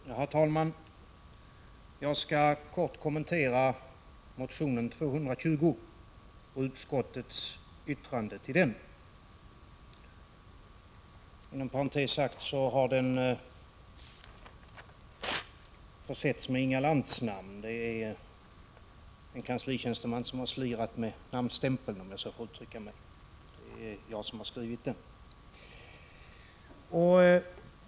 Herr talman! Jag skall bara kort kommentera motion §o220 och utskottets yttrande med anledning av denna. Inom parentes sagt har motionen försetts med Inga Lantz namn. En kanslitjänsteman har slirat med namnstämpeln — om jag får uttrycka mig så. Det är nämligen jag som har skrivit motionen.